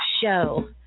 show